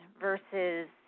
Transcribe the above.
versus